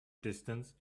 distance